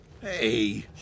Hey